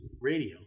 radio